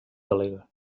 delegue